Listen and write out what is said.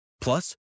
Plus